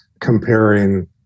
comparing